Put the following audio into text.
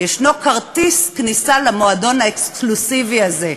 יש כרטיס כניסה למועדון האקסקלוסיבי הזה,